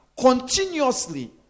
continuously